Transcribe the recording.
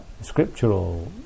scriptural